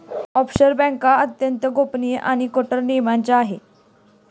offshore बँका अत्यंत गोपनीय आणि कठोर नियमांच्या आहे